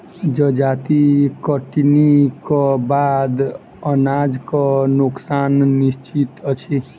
जजाति कटनीक बाद अनाजक नोकसान निश्चित अछि